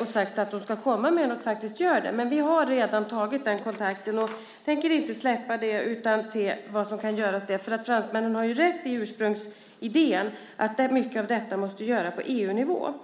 och sagt att de ska komma med något faktiskt gör det. Men vi har redan tagit den kontakten, och tänker inte släppa det utan se vad som kan göras. Fransmännen har ju rätt i ursprungsidén, att mycket av detta måste göras på EU-nivå.